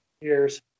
years